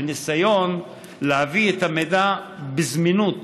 וניסיון להביא את המידע בזמינות